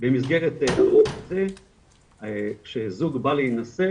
במסגרת החוק הזה שזוג בא להינשא,